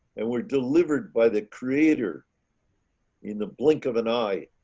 and were delivered by the creator in the blink of an eye.